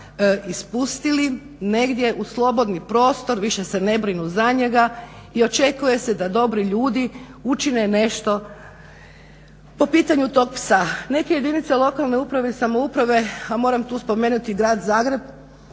ispustili negdje u svoj prostor, više se ne brinu za njega i očekuje se da dobri ljudi učine nešto po pitanju tog psa. Neke jedinice lokalne uprave i samouprave a moram tu spomenuti grad Zagreb